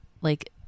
like-